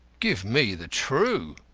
give me the true.